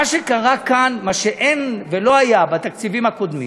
מה שקרה כאן, מה שאין ולא היה בתקציבים הקודמים: